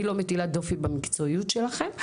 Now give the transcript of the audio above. אני לא מטילה דופי במקצועיות שלכם,